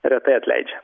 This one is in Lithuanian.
retai atleidžia